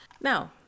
Now